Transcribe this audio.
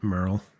Merle